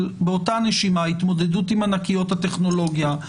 אבל באותה נשימה התמודדות עם ענקיות הטכנולוגיה,